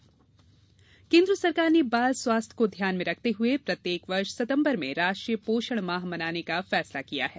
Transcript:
राष्ट्रीय पोषण केन्द्र सरकार ने बाल स्वास्थ्य को ध्यान में रखते हुए प्रत्येक वर्ष सितंबर में राष्ट्रीय पोषण माह मनाने का फैसला किया है